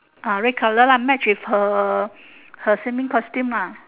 uh red colour lah match with her her swimming costume lah